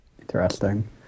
Interesting